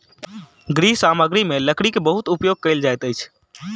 गृह सामग्री में लकड़ी के बहुत उपयोग कयल जाइत अछि